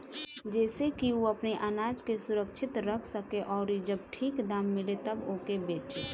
जेसे की उ अपनी आनाज के सुरक्षित रख सके अउरी जब ठीक दाम मिले तब ओके बेचे